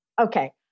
Okay